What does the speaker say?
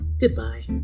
goodbye